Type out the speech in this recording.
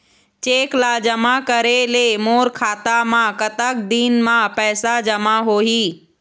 Cheque ला जमा करे ले मोर खाता मा कतक दिन मा पैसा जमा होही?